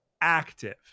active